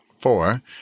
Four